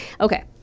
Okay